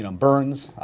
ah um burns,